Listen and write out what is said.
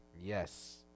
Yes